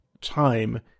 time